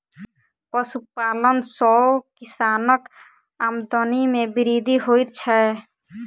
पशुपालन सॅ किसानक आमदनी मे वृद्धि होइत छै